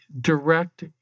direct